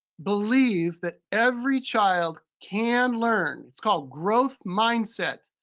believe that every child can learn. it's called growth mindset.